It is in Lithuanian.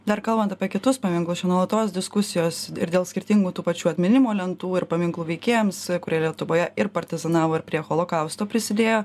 dar kalbant apie kitus paminklus čia nuolatos diskusijos ir dėl skirtingų tų pačių atminimo lentų ir paminklų veikėjams kurie lietuvoje ir partizanavo ir prie holokausto prisidėjo